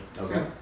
okay